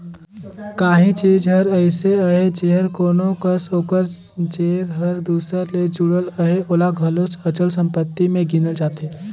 काहीं चीज हर अइसे अहे जेहर कोनो कस ओकर जेर हर दूसर ले जुड़ल अहे ओला घलो अचल संपत्ति में गिनल जाथे